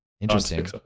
interesting